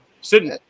Sitting